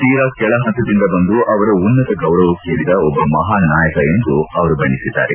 ತೀರ ಕೆಳಹಂತದಿಂದ ಬಂದ ಅವರು ಉನ್ನತ ಗೌರವಕ್ಷೇರಿದ ಒಬ್ಲ ಮಹಾನ್ ನಾಯಕ ಎಂದು ಬಣ್ಣೆಸಿದ್ದಾರೆ